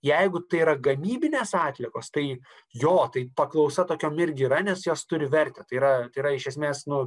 jeigu tai yra gamybinės atliekos tai jo tai paklausa tokiom irgi yra nes jos turi vertę tai yra tai yra iš esmės nu